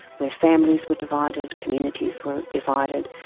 where families were divided, communities were divided,